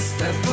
Step